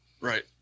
Right